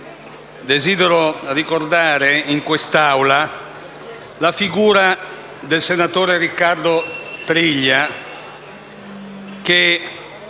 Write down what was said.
desidero ricordare in quest'Aula la figura del senatore Riccardo Triglia, che